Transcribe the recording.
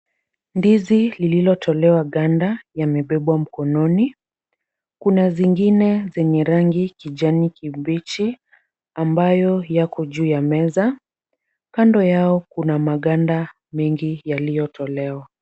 Ndizi lililotolewa ganda yamebebwa mkono. Kuna zingine zenye rangi kijani kibichi ambayo yako juu ya meza. Kando yao kuna maganda mengi yaliyotolewa.